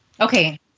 okay